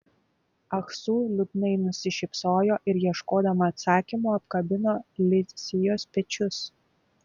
ah su liūdnai nusišypsojo ir ieškodama atsakymo apkabino li sijos pečius